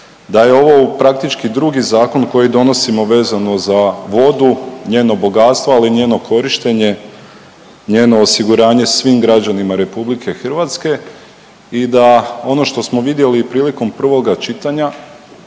da je ovo praktički drugi zakon koji donosimo vezano za vodu, njeno bogatstvo, ali i njeno korištenje, njeno osiguranje svim građanima RH i da ono što smo vidjeli prilikom prvoga čitanja